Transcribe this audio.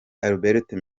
alberto